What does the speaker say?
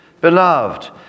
Beloved